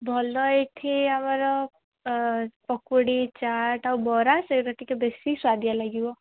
ଭଲ ଏଇଠି ଆମର ପକୁଡ଼ି ଚାଟ୍ ଆଉ ବରା ସେଇରାଟିକେ ବେଶୀ ସୁଆଦିଆ ଲାଗିବ